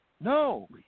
no